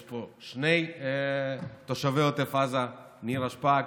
יש פה שני תושבי עוטף עזה, נירה שפק